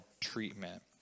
treatment